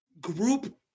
group